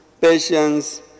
patience